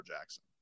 Jackson